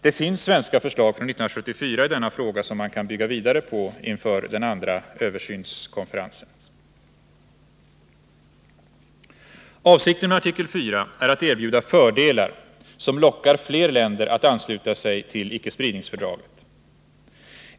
Det finns svenska förslag från 1974 i denna fråga som man kan bygga vidare på inför den andra översynskonferensen. Avsikten med artikel 4 är att erbjuda fördelar som lockar fler länder att ansluta sig till icke-spridningsfördraget.